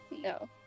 No